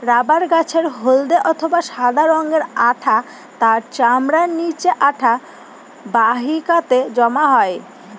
rubber গাছের হল্দে অথবা সাদা রঙের আঠা তার চামড়ার নিচে আঠা বাহিকাতে জমা হয়